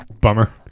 Bummer